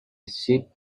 sheep